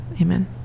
Amen